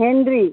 Henry